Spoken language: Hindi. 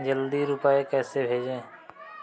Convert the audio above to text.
जल्दी रूपए कैसे भेजें?